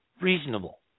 reasonable